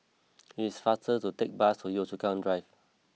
it's faster to take bus to Yio Chu Kang Drive